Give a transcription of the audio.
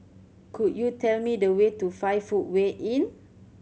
could you tell me the way to Five Footway Inn